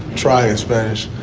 try a spanish